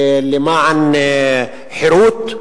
למען חירות.